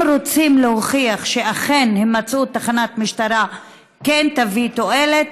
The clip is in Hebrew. אם רוצים להוכיח שאכן הימצאות תחנת משטרה כן תביא תועלת,